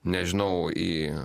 nežinau į